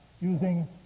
using